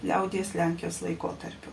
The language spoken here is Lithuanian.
liaudies lenkijos laikotarpiu